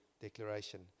declaration